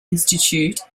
institute